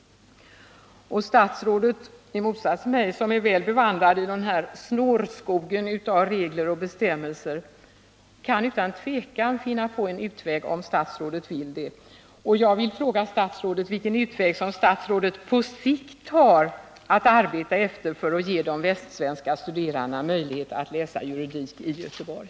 Statsrådet, som i motsats till mig är väl bevandrad i den här snårskogen av regler och bestämmelser, kan utan tvivel finna på en utväg om statsrådet vill det. Jag vill fråga statsrådet vilken utväg som statsrådet på sikt vill arbeta efter för att ge de västsvenska studerandena möjlighet att läsa juridik i Göteborg.